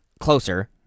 closer